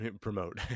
promote